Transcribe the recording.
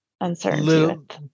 uncertainty